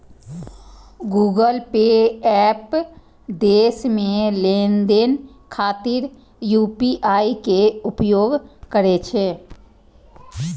Google Pay app देश मे लेनदेन खातिर यू.पी.आई के उपयोग करै छै